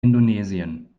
indonesien